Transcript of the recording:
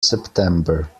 september